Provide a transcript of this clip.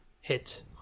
hit